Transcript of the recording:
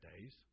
days